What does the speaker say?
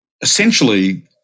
Essentially